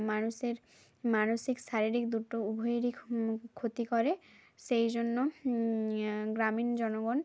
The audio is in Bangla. মানুষের মানসিক শারীরিক দুটো উভয়েরই ক্ষতি করে সেই জন্য গ্রামীণ জনগণ